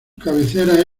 cabecera